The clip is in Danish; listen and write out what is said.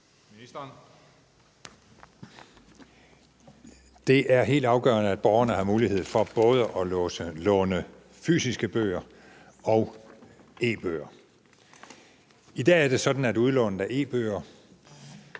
Det er helt afgørende, at borgerne har mulighed for både at låne fysiske bøger og e-bøger. I dag er det sådan, at udlån af e-bøger